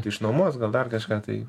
išnuomos gal dar kažką tai